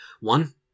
One